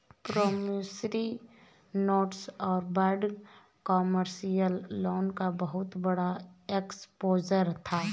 promissory notes और bad commercial loan का बहुत बड़ा एक्सपोजर था